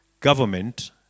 government